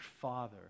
Father